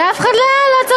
שאף אחד לא מקיים אותם.